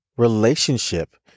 relationship